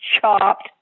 chopped